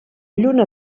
lluna